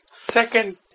second